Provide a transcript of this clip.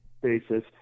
basis